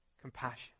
Compassion